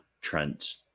trent